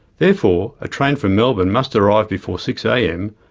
therefore, a train from melbourne must arrive before six am,